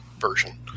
version